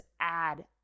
add